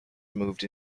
moved